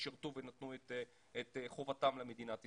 ששירתו ונתנו את חובתם למדינת ישראל.